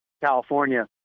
California